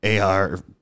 AR